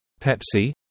Pepsi